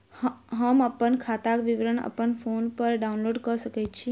हम अप्पन खाताक विवरण अप्पन फोन पर डाउनलोड कऽ सकैत छी?